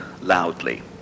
loudly